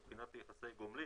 מבחינת יחסי גומלין,